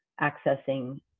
accessing